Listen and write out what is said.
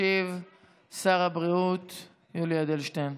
ישיב שר הבריאות יולי אדלשטיין.